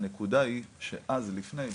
הנקודה היא שעד לפני,